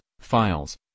files